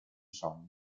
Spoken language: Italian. sogno